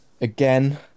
again